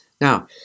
Now